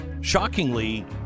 Shockingly